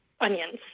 onions